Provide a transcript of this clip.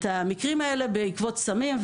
את המקרים האלה בעקבות סמים,